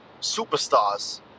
superstars